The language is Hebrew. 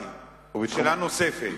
שאלה נוספת.